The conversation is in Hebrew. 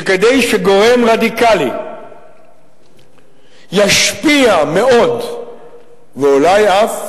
שכדי שגורם רדיקלי ישפיע מאוד ואולי אף